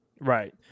Right